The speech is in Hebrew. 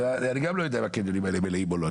אני גם לא יודע אם הקניונים האלה מלאים או לא.